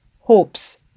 hopes